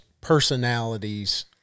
personalities